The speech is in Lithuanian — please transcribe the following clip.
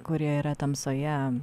kurie yra tamsoje